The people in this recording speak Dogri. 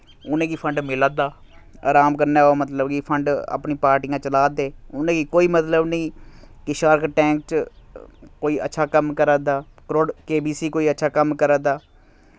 उ'नेंगी फंड मिला दा अराम कन्नै ओह् मतलब कि फंड अपनी पार्टियां चला दे उ'नेंगी कोई मतलब नी कि शार्क टैंक च कोई अच्छा कम्म करा दा करोड़ के बी सी कोई अच्छा कम्म करा दा